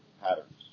patterns